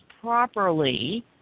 properly